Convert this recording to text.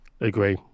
Agree